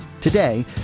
Today